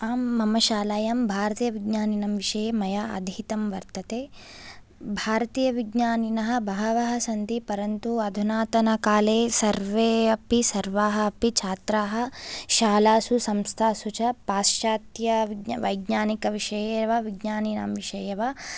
आम् मम शालायां भारते विज्ञानीणां विषये मया अधीतं वर्तते भारतीयविज्ञानिनः बहवः सन्ति परन्तु अधुनातनकाले सर्वे अपि सर्वाः अपि छात्राः शालासु संस्थासु च पाश्चात्यवि वैज्ञानिकविषये एव विज्ञानीणां विषये एव